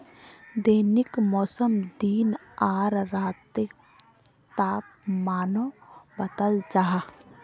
दैनिक मौसमोत दिन आर रातेर तापमानो बताल जाहा